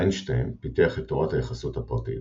איינשטיין פיתח את תורת היחסות הפרטית,